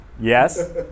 Yes